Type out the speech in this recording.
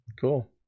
Cool